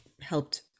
helped